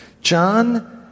John